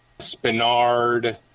Spinard